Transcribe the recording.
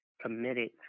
committed